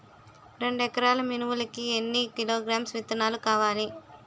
రెండు ఎకరాల మినుములు కి ఎన్ని కిలోగ్రామ్స్ విత్తనాలు కావలి?